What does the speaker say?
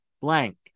blank